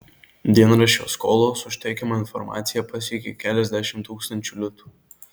dienraščio skolos už teikiamą informaciją pasiekė keliasdešimt tūkstančių litų